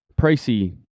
Pricey